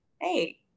Hey